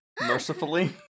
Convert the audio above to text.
mercifully